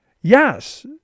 Yes